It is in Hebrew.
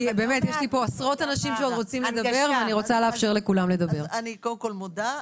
אני מודה.